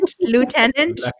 Lieutenant